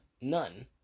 none